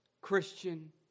Christian